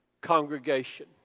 congregation